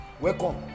welcome